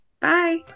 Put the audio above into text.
Bye